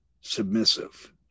submissive